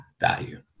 value